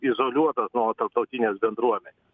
izoliuotas nuo tarptautinės bendruomenės